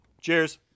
Cheers